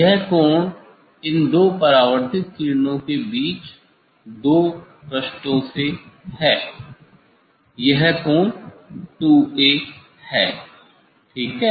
यह कोण इन दो परावर्तित किरणों के बीच दो पृष्ठों से यह कोण 2A है ठीक है